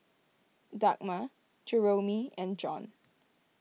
Dagmar Jeromy and John